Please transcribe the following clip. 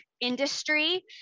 industry